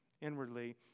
inwardly